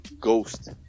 ghost